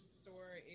store